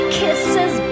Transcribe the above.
kisses